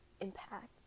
impact